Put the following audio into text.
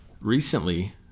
recently